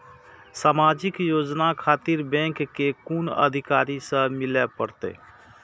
समाजिक योजना खातिर बैंक के कुन अधिकारी स मिले परतें?